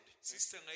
sister